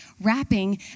wrapping